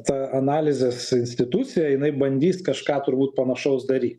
ta analizės institucija jinai bandys kažką turbūt panašaus daryt